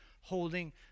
holding